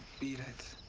beat it.